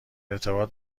ارتباط